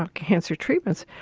cancer treatments,